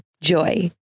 Joy